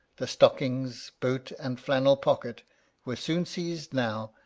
the stockings, boot, and flannel pocket were soon seized now,